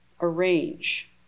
arrange